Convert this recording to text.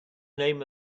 name